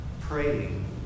Praying